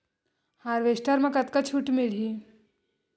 Harvester म कतका छूट मिलही?